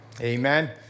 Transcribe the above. Amen